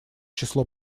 число